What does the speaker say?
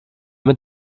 mit